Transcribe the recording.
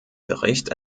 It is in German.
bericht